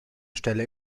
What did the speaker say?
stelle